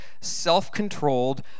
self-controlled